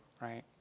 right